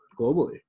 globally